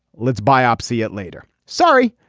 let's biopsy it later. sorry.